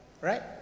Right